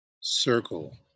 circle